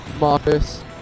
Marcus